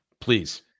Please